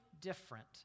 different